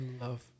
love